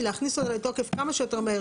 להכניס אותה לתוקף כמה שיותר מהר.